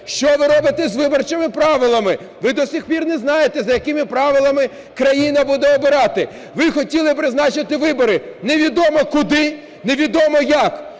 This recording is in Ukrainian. Що ви робите з виборчими правилами? Ви до сих пір не знаєте, за якими правилами країна буде обирати. Ви хотіли призначити вибори, невідомо куди, невідомо як.